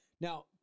Now